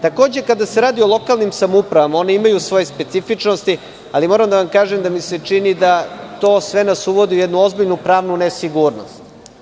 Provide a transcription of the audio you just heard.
Takođe, kada se radi o lokalnim samoupravama, one imaju svoje specifičnosti, ali moram da vam kažem da mi se čini da nas to sve uvodi u jednu ozbiljnu pravnu nesigurnost.